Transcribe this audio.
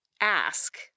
ask